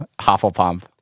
Hufflepuff